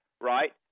right